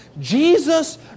Jesus